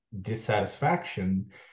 dissatisfaction